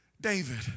David